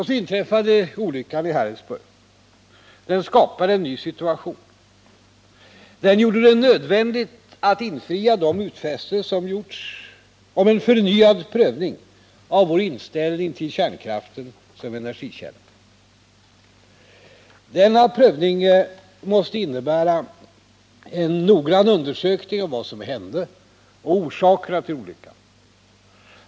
Så inträffade olyckan i Harrisburg. Den skapade en ny situation. Den gjorde det nödvändigt att infria de utfästelser som gjorts om en förnyad prövning av vår inställning till kärnkraften som energikälla. Denna prövning måste innebära en noggrann undersökning av vad som hände och orsakerna till olyckan.